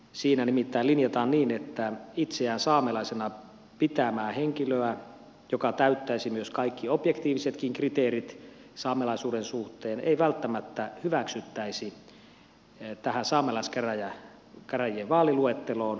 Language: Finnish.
siinä nimittäin linjataan niin että itseään saamelaisena pitävää henkilöä joka täyttäisi myös kaikki objektiivisetkin kriteerit saamelaisuuden suhteen ei välttämättä hyväksyttäisi tähän saamelaiskäräjien vaaliluetteloon